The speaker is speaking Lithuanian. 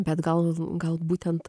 bet gal gal būtent